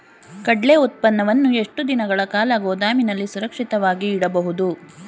ಕಡ್ಲೆ ಉತ್ಪನ್ನವನ್ನು ಎಷ್ಟು ದಿನಗಳ ಕಾಲ ಗೋದಾಮಿನಲ್ಲಿ ಸುರಕ್ಷಿತವಾಗಿ ಇಡಬಹುದು?